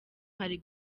hari